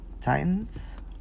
Titans